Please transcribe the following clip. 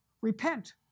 repent